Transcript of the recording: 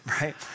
right